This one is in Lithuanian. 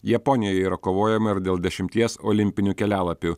japonijoje yra kovojama ir dėl dešimties olimpinių kelialapių